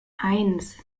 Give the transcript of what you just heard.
eins